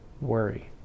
worry